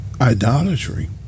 idolatry